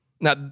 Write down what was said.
Now